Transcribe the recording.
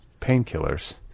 painkillers